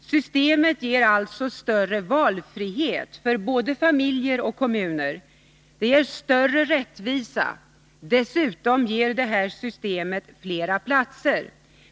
Systemet ger alltså större valfrihet för både familjer och kommuner. Det ger större rättvisa. Dessutom ger det här systemet fler platser.